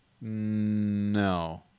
No